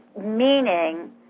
meaning